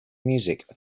music